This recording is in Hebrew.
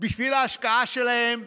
בשביל ההשקעה שלהן.